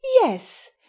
Yes